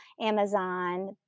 Amazon